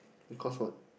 because what